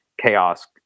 chaos